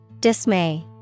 Dismay